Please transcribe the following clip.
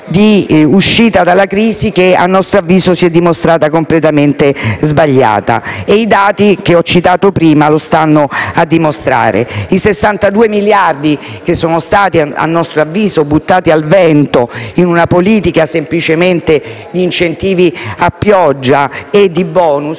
di uscita dalla crisi che, a nostro avviso, si è dimostrata completamente sbagliata, e i dati che ho citato prima lo stanno a dimostrare. I 62 miliardi di euro che sono stati a nostro avviso buttati al vento in una politica fatta semplicemente di incentivi a pioggia e di *bonus*,